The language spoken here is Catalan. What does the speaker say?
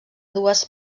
dues